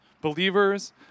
believers